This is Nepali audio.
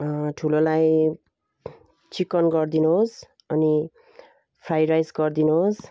ठुलोलाई चिकन गरिदिनुहोस् अनि फ्राई राइस गरिदिनुहोस्